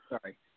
Sorry